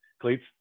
cleats